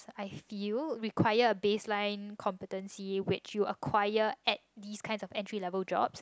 I feel require a baseline competency which you acquire at these kinds of entry level jobs